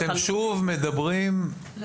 אני רוצה להוסיף על מה